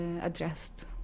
addressed